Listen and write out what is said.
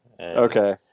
Okay